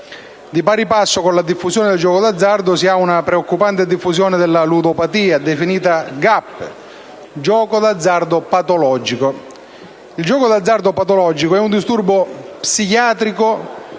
di pari passo con la diffusione del gioco d'azzardo si ha una preoccupante diffusione della ludopatia (definita GAP, gioco d'azzardo patologico). Il gioco d'azzardo patologico è un disturbo psichiatrico